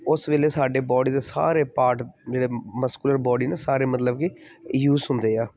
ਉਸ ਵੇਲੇ ਸਾਡੇ ਬੋਡੀ ਦੇ ਸਾਰੇ ਪਾਰਟ ਜਿਹੜੇ ਮਸਕੂਲਰ ਬੋਡੀ ਨਾ ਸਾਰੇ ਮਤਲਬ ਕਿ ਯੂਸ ਹੁੰਦੇ ਆ